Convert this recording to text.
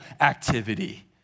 activity